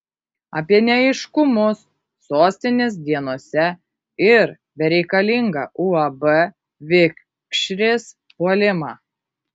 apie neaiškumus sostinės dienose ir bereikalingą uab vikšris puolimą